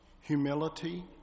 humility